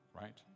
right